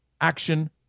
action